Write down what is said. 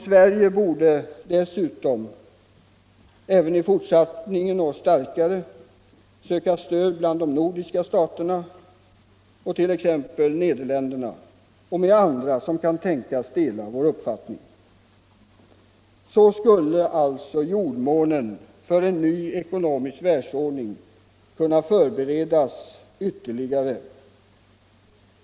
Sverige borde dessutom även i fortsättningen och i större utsträckning söka stöd bland de nordiska länderna och t.ex. Nederländerna samt andra som kan tänkas dela våra uppfattningar. Så skulle jordmånen för en ny ekonomisk världsordning kunna förberedas ytterligare.